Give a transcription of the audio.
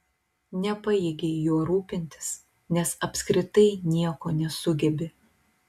nepajėgei juo rūpintis nes apskritai nieko nesugebi